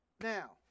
Now